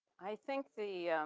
i think the